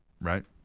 Right